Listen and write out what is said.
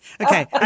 Okay